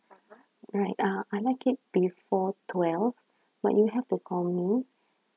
right uh I'd like it before twelve but you have to call me